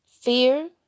Fear